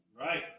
Right